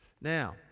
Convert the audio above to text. Now